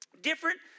different